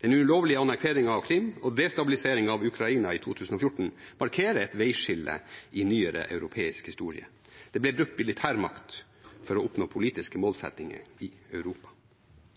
Den ulovlige annekteringen av Krim og destabiliseringen av Ukraina i 2014 markerer et veiskille i nyere europeisk historie. Det ble brukt militærmakt for å oppnå politiske målsettinger i Europa.